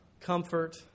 comfort